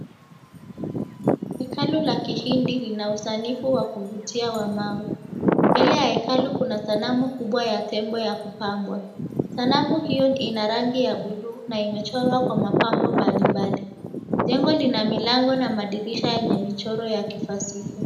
Hekalu la Kihindi lina usanifu wa kuvutia wa mawe. Mbele ya hekalu kuna sanamu kubwa ya tembo ya kupambwa. Sanamu hiyo ina rangi ya buluu na imechorwa kwa mapambo mbali mbali. Jengo lina milango na madirisha yenye michoro ya kifasihi.